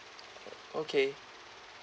okay